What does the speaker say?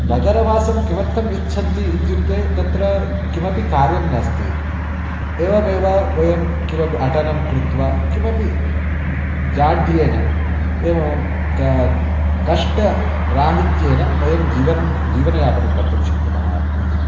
नगरवासं किमर्थम् इच्छन्ति इत्युक्ते तत्र किमपि कार्यं नास्ति एवमेव वयं किमपि अटनं कृत्वा किमपि जाढ्येन एवं का कष्टराहित्येन वयं जीवनं जीवनयापनं कर्तुं शक्नुमः इति